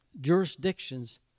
jurisdictions